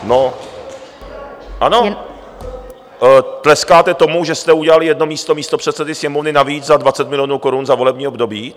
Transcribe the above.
No, ano, tleskáte tomu, že jste udělali jedno místo místopředsedy Sněmovny navíc za 20 milionů korun za volební období?